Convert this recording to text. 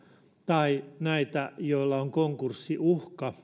tai näitä joilla on konkurssiuhka